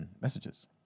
messages